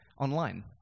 online